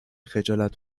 خجالت